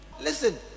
listen